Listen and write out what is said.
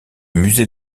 musée